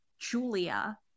Julia